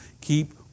Keep